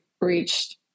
reached